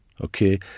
okay